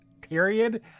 period